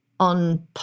on